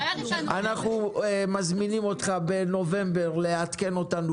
אנחנו מזמינים אותך בנובמבר לעדכן אותנו,